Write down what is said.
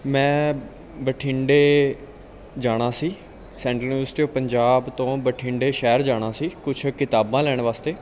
ਮੈਂ ਬਠਿੰਡੇ ਜਾਣਾ ਸੀ ਸੈਂਟਰਲ ਯੂਨੀਵਰਸਿਟੀ ਆਫ ਪੰਜਾਬ ਤੋਂ ਬਠਿੰਡੇ ਸ਼ਹਿਰ ਜਾਣਾ ਸੀ ਕੁਛ ਕਿਤਾਬਾਂ ਲੈਣ ਵਾਸਤੇ